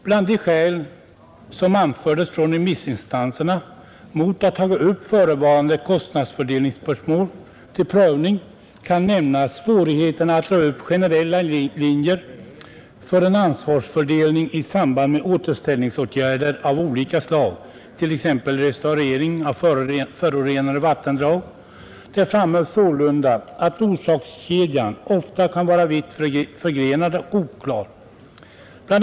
Bland de skäl som anfördes från remissinstanserna mot att ta upp förevarande kostnadsfördelningsspörsmål till prövning kan nämnas svårigheterna att draga upp generella linjer för en ansvarsfördelning i samband med återställningsåtgärder av olika slag, t.ex. restaurering av förorenade vattendrag. Det framhölls sålunda att orsakskedjan ofta kan vara vitt förgrenad och oklar. Bl.